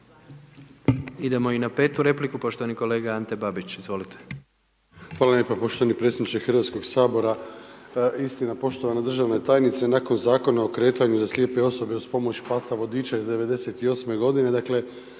Idemo na drugu repliku, poštovani kolega Čelić, izvolite.